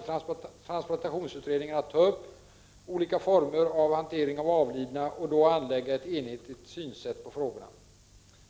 Enligt vad jag har fått veta avser transplantationsutredningen att ta upp olika former av hantering av avlidna och då anlägga ett enhetligt synsätt på frågorna.